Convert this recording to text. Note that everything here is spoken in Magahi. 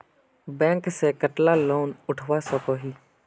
बैंक से कतला लोन उठवा सकोही?